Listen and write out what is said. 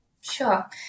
Sure